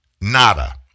Nada